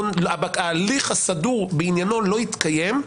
ההליך הסדור בעניינו לא התקיים,